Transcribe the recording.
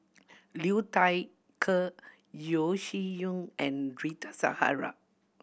Liu Thai Ker Yeo Shih Yun and Rita Zahara